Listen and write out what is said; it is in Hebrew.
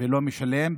ולא משלם,